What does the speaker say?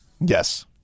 yes